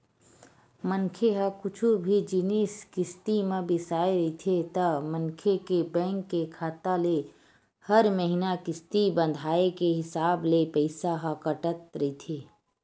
मनखे ह कुछु भी जिनिस किस्ती म बिसाय रहिथे ता मनखे के बेंक के खाता ले हर महिना किस्ती बंधाय के हिसाब ले पइसा ह कटत रहिथे